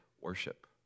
worship